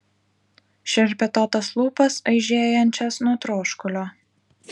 šerpetotas lūpas aižėjančias nuo troškulio